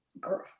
girl